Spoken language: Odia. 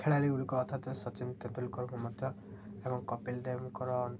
ଖେଳାଳିଗୁଡ଼ିକ ଅଥତ ସଚିନ ତେନ୍ଦୁଲକରକୁ ମଧ୍ୟ ଏବଂ କପିଲ ଦେବଙ୍କର